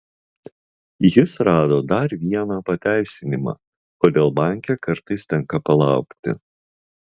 jis rado dar vieną pateisinimą kodėl banke kartais tenka palaukti